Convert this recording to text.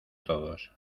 todos